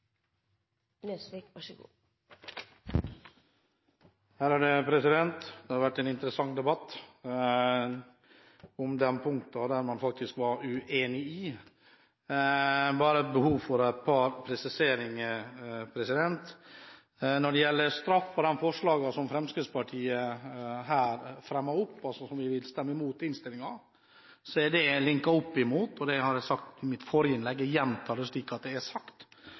Det har vært en interessant debatt om de punktene man faktisk var uenige om. Jeg har bare behov for et par presiseringer. Når det gjelder de forslag til endringer i innstillingen som Fremskrittspartiet her vil stemme imot, er de linket opp mot det jeg sa i mitt forrige innlegg, og jeg gjentar det, slik at det er sagt: